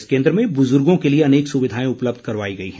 इस केन्द्र में बुजुर्गों के लिए अनेक सुविधाएं उपलब्ध करवाई गई हैं